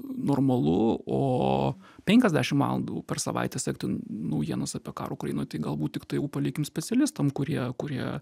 normalu o penkiasdešimt valandų per savaitę sekti naujienas apie karą ukrainoj tai galbūt tiktai jau palikim specialistam kurie kurie